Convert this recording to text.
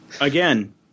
Again